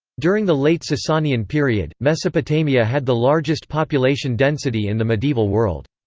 during the late sasanian period, mesopotamia had the largest population density in the medieval world.